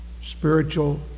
spiritual